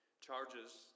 Charges